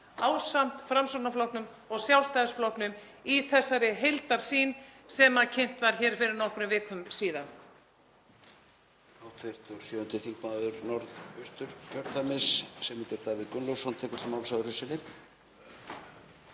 ásamt Framsóknarflokknum og Sjálfstæðisflokknum, að þessari heildarsýn sem kynnt var hér fyrir nokkrum vikum síðan.